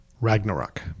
Ragnarok